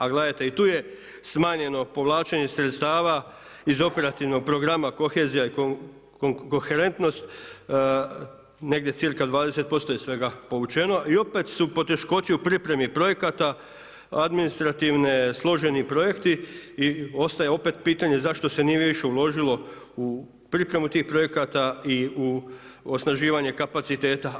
A gledajte i tu je smanjeno povlačenje sredstva iz operativnog programa kohezija i koherentnost, negdje cca. 20% je svega povućeno i opet su poteškoće u pripremi projekata, administrativne, složeni projekti i ostaje opet pitanje zašto se nije više uložilo u pripremu tih projekata i u osnaživanje kapaciteta.